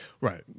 Right